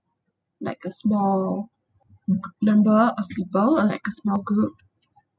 like a small number of people or like a small group